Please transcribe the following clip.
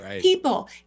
People